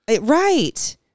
Right